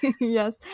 yes